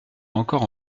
encore